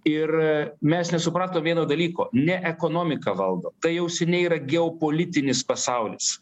ir mes nesupratome vieno dalyko ne ekonomika valdo tai jau seniai yra geopolitinis pasaulis